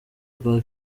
rwa